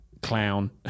clown